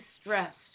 stressed